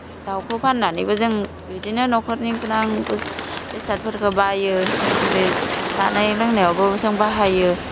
दावखौ फानानैबो जों बिदिनो न'खरनि गोनां बुस बेसादफोरखौ बायो जेरै जानाय लोंनायावबो जों बाहायो